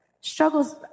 Struggles